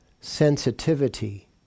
sensitivity